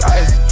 ice